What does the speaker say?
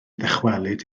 ddychwelyd